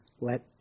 let